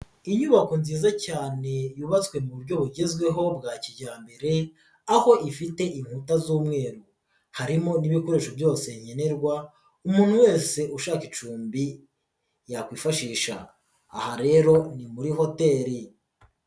Inyubako nziza cyane yubatswe mu buryo bugezweho bwa kijyambere, aho ifite inkuta z'umweru, harimo n'ibikoresho byose nkenerwa umuntu wese ushaka icumbi yakwifashisha, aha rero ni muri hoteli.